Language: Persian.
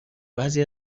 بعضی